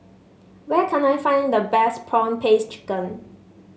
where can I find the best prawn paste chicken